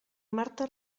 marta